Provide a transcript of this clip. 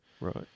Right